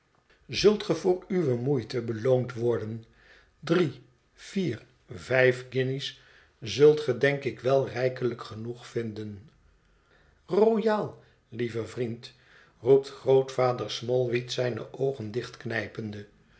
zult gé vöör uwe moeite beloond worden drie vier vijf guinjes zult ge denk ik wel rijkelijk genoeg vinden royaal lieve vriend i roept grootvader smallweed zijne oogen